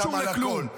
מה זה "על מלא, על מלא"?